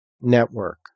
network